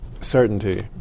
certainty